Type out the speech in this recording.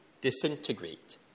disintegrate